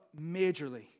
majorly